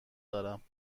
دارم